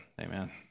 amen